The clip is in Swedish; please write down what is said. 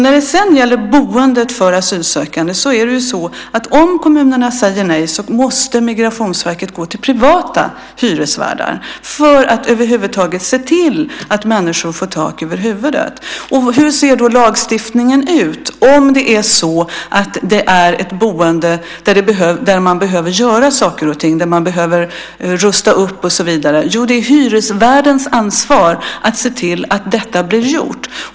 När det sedan gäller boendet för asylsökande är det ju så att om kommunerna säger nej måste Migrationsverket gå till privata hyresvärdar för att över huvud taget se till att människor får tak över huvudet. Hur ser då lagstiftningen ut, om det är ett boende där man behöver rusta upp och så vidare? Jo, det är hyresvärdens ansvar att se till att detta blir gjort.